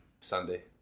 Sunday